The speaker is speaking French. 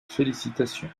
félicitations